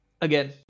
Again